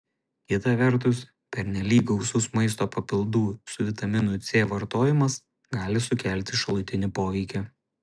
kita vertus pernelyg gausus maisto papildų su vitaminu c vartojimas gali sukelti šalutinį poveikį